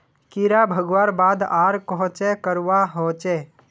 कीड़ा भगवार बाद आर कोहचे करवा होचए?